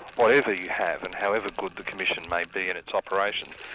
whatever you have and however good the commission may be in its operations,